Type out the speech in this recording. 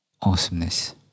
Awesomeness